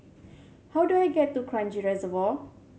how do I get to Kranji Reservoir